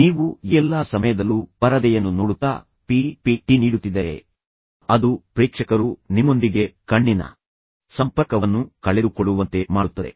ನೀವು ಎಲ್ಲಾ ಸಮಯದಲ್ಲೂ ಪರದೆಯನ್ನು ನೋಡುತ್ತಾ ಪಿ ಪಿ ಟಿ ನೀಡುತ್ತಿದ್ದರೆ ಅದು ಪ್ರೇಕ್ಷಕರು ನಿಮ್ಮೊಂದಿಗೆ ಕಣ್ಣಿನ ಸಂಪರ್ಕವನ್ನು ಕಳೆದುಕೊಳ್ಳುವಂತೆ ಮಾಡುತ್ತದೆ